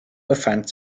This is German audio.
befand